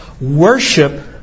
worship